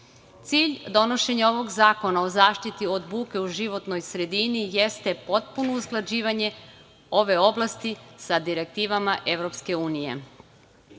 donošenja ovog Zakona o zaštiti od buke u životnoj sredini jeste potpuno usklađivanje ove oblasti sa direktivama Evropske unije.